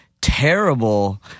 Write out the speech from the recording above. terrible